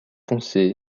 foncé